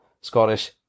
Scottish